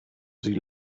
sie